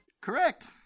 Correct